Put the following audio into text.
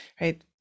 right